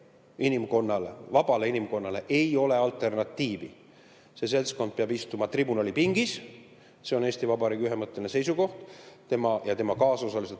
inimkonnale, vabale inimkonnale alternatiivi. See seltskond peab istuma tribunalipingis, see on Eesti Vabariigi ühemõtteline seisukoht, tema ja tema kaasosalised